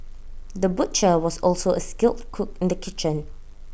the butcher was also A skilled cook in the kitchen